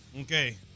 okay